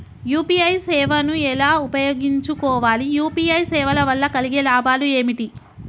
UPI సేవను ఎలా ఉపయోగించు కోవాలి? యూ.పీ.ఐ సేవల వల్ల కలిగే లాభాలు ఏమిటి?